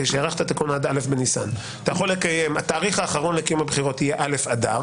עד א' בניסן התאריך האחרון לקיום הבחירות יהיה א' אדר,